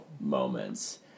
moments